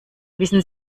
wissen